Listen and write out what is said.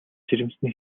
жирэмсэн